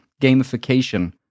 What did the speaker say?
Gamification